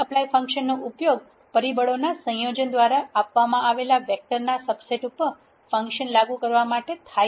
tapply નો ઉપયોગ પરિબળોના સંયોજન દ્વારા આપવામાં આવેલા વેક્ટરના સબસેટ ઉપર ફંક્શન લાગુ કરવા માટે થાય છે